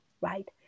right